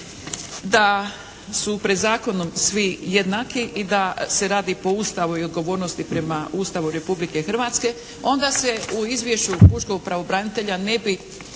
da su pred zakonom svi jednaki i da se radi po Ustavu i odgovornosti prema Ustavu Republike Hrvatske, onda se u Izvješću pučkog pravobranitelja ne bi